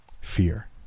Fear